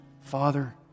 Father